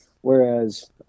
Whereas